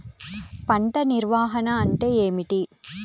పంట నిర్వాహణ అంటే ఏమిటి?